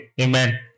Amen